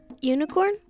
Unicorn